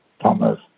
Thomas